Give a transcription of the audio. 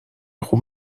خوب